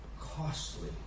costly